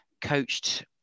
coached